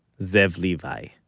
zev levi